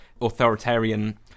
authoritarian